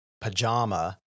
pajama